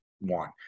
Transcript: one